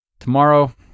Tomorrow